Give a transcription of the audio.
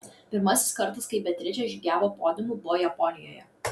pirmasis kartas kai beatričė žygiavo podiumu buvo japonijoje